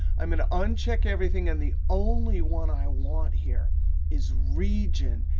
i'm going to uncheck everything. and the only one i want here is region.